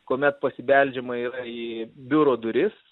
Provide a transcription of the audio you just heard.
kuomet pasibeldžiama yra į biuro duris